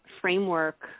framework